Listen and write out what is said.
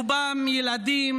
רובם ילדים,